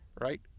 right